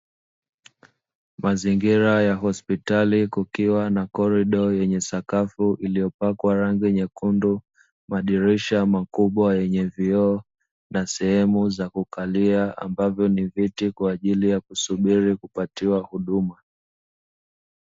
Mazingira ya hospitali kukiwa na korido yenye sakafu iliyopakwa rangi nyekundu, madirisha makubwa yenye vioo, na sehemu za kukalia ambavyo ni viti kwa ajili ya kusubiri kupatiwa huduma.